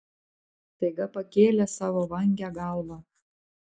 staiga pakėlė savo vangią galvą